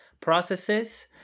processes